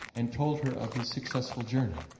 and told her of his successful journey,